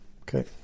Okay